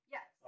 Yes